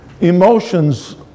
emotions